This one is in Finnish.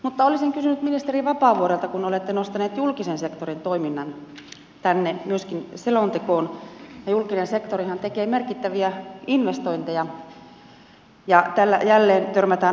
mutta olisin kysynyt ministeri vapaavuorelta kun olette nostanut julkisen sektorin toiminnan myöskin tänne selontekoon ja julkinen sektorihan tekee merkittäviä investointeja ja täällä jälleen törmätään hankintaosaamiseen